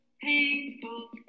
painful